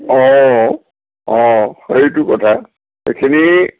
অঁ অঁ সেইটো কথা সেইখিনি